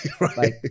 right